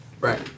Right